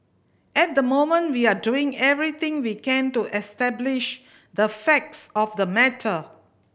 at the moment we are doing everything we can to establish the facts of the matter